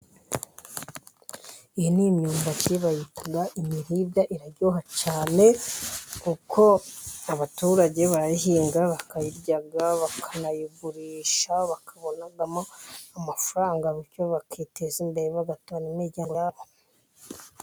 Iyi ni imyumbati bayita imiribwa iraryoha cyane, kuko abaturage bayihinga bakayirya bakanayigurisha, bakabonanamo amafaranga, bityo bakiteza imbere, bagatunga n'imiryango yabo.